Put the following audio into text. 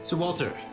so walter,